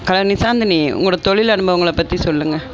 hello Nishanthini உங்களோட தொழில் அனுபவங்களை பற்றி சொல்லுங்க